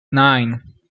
nine